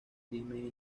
crimen